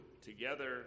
together